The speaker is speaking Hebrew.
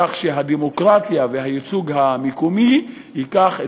כך שהדמוקרטיה והייצוג המקומי ייקחו